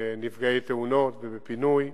בנפגעי תאונות ובפינוי.